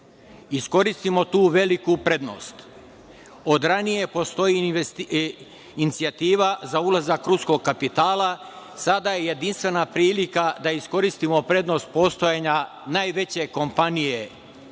iskoristimo tu veliku prednost. Od ranije postoji inicijativa za ulazak ruskog kapitala, sada je jedinstvena prilika da iskoristimo prednost postojanja najveće kompanije